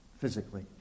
physically